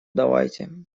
давайте